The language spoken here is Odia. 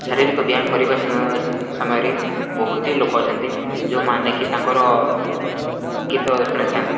ଶାରୀରିକ ବ୍ୟାୟାମ କରିବା ସମୟରେ ବହୁତଟିଏ ଲୋକ ଅଛନ୍ତି ଯେଉଁମାନେ କି ତାଙ୍କର ଗୀତ ଶୁଣିଥାନ୍ତି